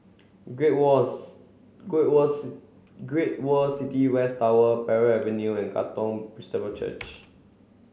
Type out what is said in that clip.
Great World's Great World' s Great World City West Tower Parry Avenue and Katong Church